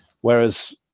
whereas